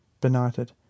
benighted